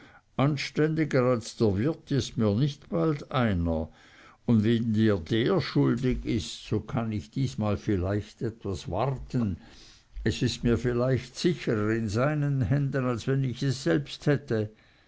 anständiger als der wirt ist mir nicht bald einer und wenn dir der schuldig ist so kann ich dies mal vielleicht etwas warten es ist mir vielleicht sicherer in seinen händen als wenn ich es selbst hätte